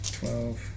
twelve